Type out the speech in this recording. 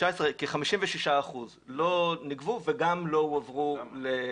כ-56 לא ניגבו ולא הועברו למרכז לגביית קנסות.